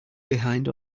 behind